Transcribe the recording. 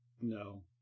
no